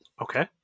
okay